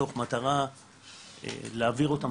מתוך מטרה להעביר אותם